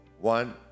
One